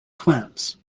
twins